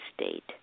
state